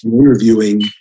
interviewing